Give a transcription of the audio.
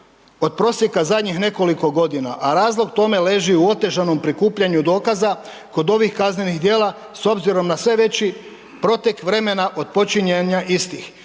od prosjeka zadnjih nekoliko godina a razlog tome leži u otežanom prikupljanju dokaza kod ovih kaznenih djela s obzirom na sve veći protek vremena od počinjenja istih.